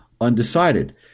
undecided